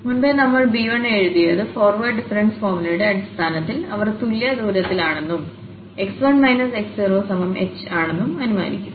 മുമ്പേ നമ്മൾ b1 എഴുതിയത് ഫോർവേഡ് ഡിഫറൻസ് ഫോർമുലയുടെ അടിസ്ഥാനത്തിൽ അവർ തുല്യ ദൂരത്തിലാണെന്നും x1 x0h ആണെന്നും അനുമാനിക്കുന്നു